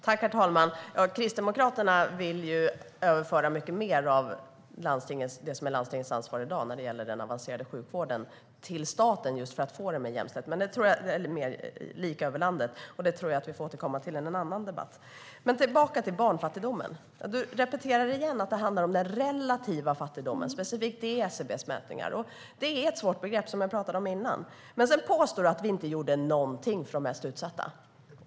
Herr talman! Kristdemokraterna vill överföra mycket mer av det som i dag är landstingens ansvar när det gäller den avancerade sjukvården till staten, just för att få det mer lika över landet. Men det tror jag att vi får återkomma till i någon annan debatt. Tillbaka till barnfattigdomen: Du repeterar igen att det handlar om den relativa fattigdomen, specifikt i SCB:s mätningar. Det är ett svårt begrepp, som jag pratade om innan. Men sedan påstår du att vi inte gjorde någonting för de mest utsatta.